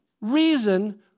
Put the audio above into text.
reason